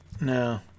No